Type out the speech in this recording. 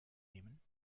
nehmen